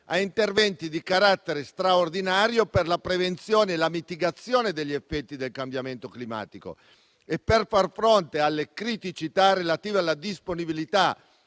a interventi di carattere straordinario per la prevenzione e la mitigazione degli effetti del cambiamento climatico e per far fronte alle criticità relative alla disponibilità